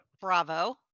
Bravo